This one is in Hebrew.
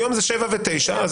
היום אלה שבע ותשע שנים.